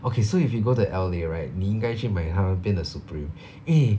okay so if you go to L_A right 你应该去买他那边的 Supreme eh